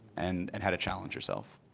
and and how to challenge yourself.